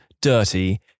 dirty